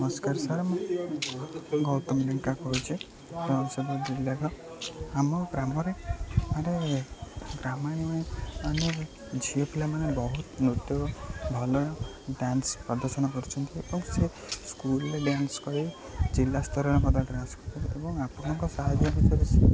ନମସ୍କାର ସାର୍ ମୁଁ ଗୌତମ ଲେଙ୍କା କହୁଛି ଜିଲ୍ଲାର ଆମ ଗ୍ରାମରେ ଆରେ ମାନେ ଝିଅ ପିଲାମାନେ ବହୁତ ନୃତ୍ୟ ଭଲ ଡ୍ୟାନ୍ସ ପ୍ରଦର୍ଶନ କରୁଛନ୍ତି ଏବଂ ସ୍କୁଲ୍ରେ ଡ୍ୟାନ୍ସ କରି ଜିଲ୍ଲା ସ୍ତରରେ ମଧ୍ୟ ଡ୍ୟାନ୍ସ ଏବଂ ଆପଣଙ୍କ ସାହାଯ୍ୟ ଭିତରେ